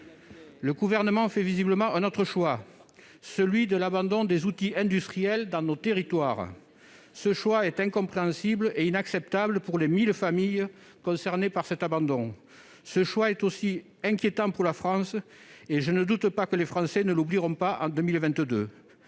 Le Gouvernement fait visiblement un autre choix, celui de l'abandon des outils industriels dans nos territoires. Ce choix est incompréhensible et inacceptable pour les 1 000 familles concernées par cet abandon. Ce choix est aussi inquiétant pour la France. Je ne doute pas que les Français ne l'oublieront pas en 2022.